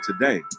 today